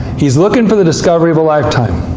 he's looking for the discovery of a lifetime.